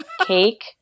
cake